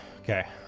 okay